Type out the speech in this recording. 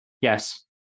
Yes